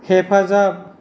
हेफाजाब